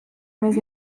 més